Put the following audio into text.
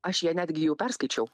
aš ją netgi jau perskaičiau